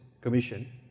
commission